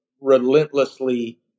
relentlessly